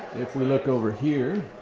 if we look over here,